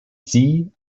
sie